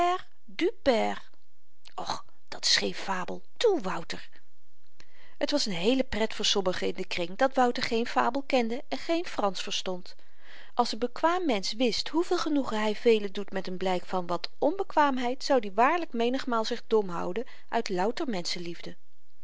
père och dat s geen fabel toe wouter t was n heele pret voor sommigen in den kring dat wouter geen fabel kende en geen fransch verstond als n bekwaam mensch wist hoeveel genoegen hy velen doet met n blyk van wat onbekwaamheid zoud i waarlyk menigmaal zich dom houden uit louter